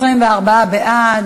אנחנו עוברים להצעה הבאה,